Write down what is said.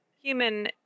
human